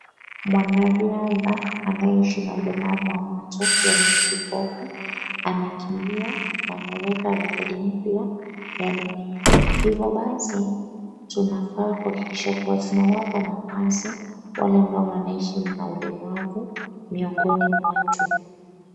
Mwanariadha anayeishi na ulemavu wa macho, yaani ni kipofu, amekimbia na ameweka rekodi mpya ya dunia. Hivo basi tunafaa kuhakikisha kuwa tunawapa nafasi, wale ambao wanaishi na ulemwavu miongoni mwetu.